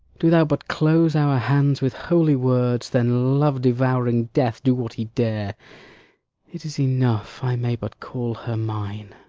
do thou but close our hands with holy words, then love-devouring death do what he dare it is enough i may but call her mine.